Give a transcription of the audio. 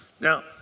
Now